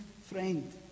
friend